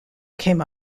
came